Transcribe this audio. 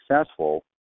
successful